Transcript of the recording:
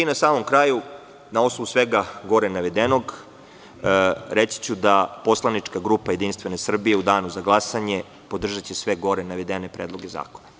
Na samom kraju, na osnovu svega gore navedeno, reći ću da poslanička grupa Jedinstvene Srbije u danu za glasanje podržaće sve gore navedene predloge zakona.